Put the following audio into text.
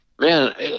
Man